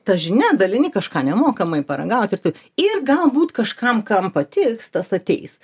ta žinia dalini kažką nemokamai paragauti ir taip ir galbūt kažkam kam patiks tas ateis